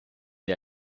der